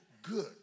good